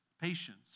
Patience